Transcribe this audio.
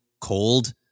cold